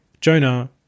Jonah